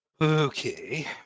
Okay